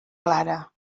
clara